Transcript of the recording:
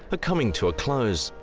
but coming to a close.